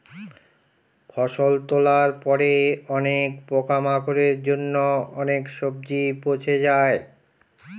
ফসল তোলার পরে অনেক পোকামাকড়ের জন্য অনেক সবজি পচে যায়